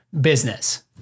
business